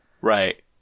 Right